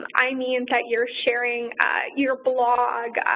i mean that you're sharing your blog,